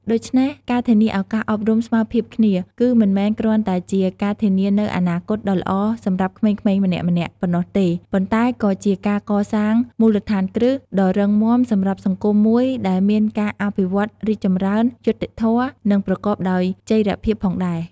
ដូច្នេះការធានាឱកាសអប់រំស្មើភាពគ្នា គឺមិនមែនគ្រាន់តែជាការធានានូវអនាគតដ៏ល្អសម្រាប់ក្មេងៗម្នាក់ៗប៉ុណ្ណោះទេ ប៉ុន្តែក៏ជាការកសាងមូលដ្ឋានគ្រឹះដ៏រឹងមាំសម្រាប់សង្គមមួយដែលមានការអភិវឌ្ឍរីកចម្រើន យុត្តិធម៌ និងប្រកបដោយចីរភាពផងដែរ។